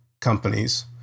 companies